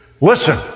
listen